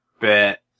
bet